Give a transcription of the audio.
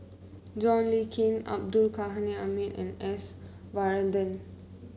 John Le Cain Abdul Ghani Hamid and S Varathan